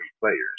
players